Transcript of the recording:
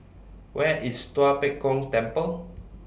Where IS Tua Pek Kong Temple